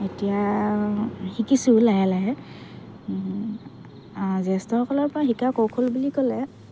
এতিয়া শিকিছোঁ লাহে লাহে জ্যেষ্ঠসকলৰ পৰা শিকাৰ কৌশল বুলি ক'লে